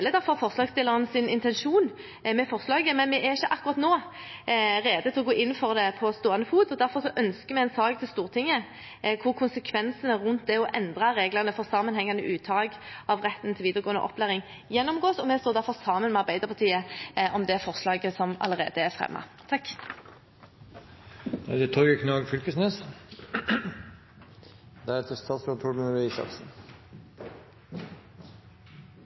derfor forslagsstillernes intensjon med forslaget, men vi er ikke på stående fot akkurat nå rede til å gå inn for det. Derfor ønsker vi en sak til Stortinget der konsekvensene av å endre reglene for sammenhengende uttak av retten til videregående opplæring gjennomgås, og vi står derfor sammen med Arbeiderpartiet om det forslaget som allerede er fremmet. Min gamle fransklærar på ungdomsskolen sa: Torgeir, det er menneskeleg å falle, men det